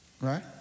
right